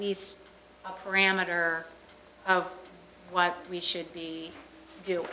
least parameter of what we should be do